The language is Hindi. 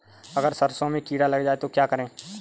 अगर सरसों में कीड़ा लग जाए तो क्या करें?